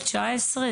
2019?